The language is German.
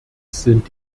sind